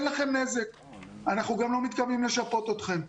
אין לכם נזק ואנחנו גם לא מתכוונים לשפות אתכם.